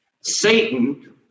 Satan